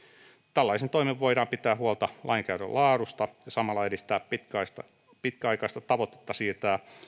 tällaisin toimin voidaan pitää huolta lainkäytön laadusta ja samalla edistää pitkäaikaista tavoitetta siirtää